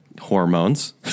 hormones